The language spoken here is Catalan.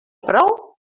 prou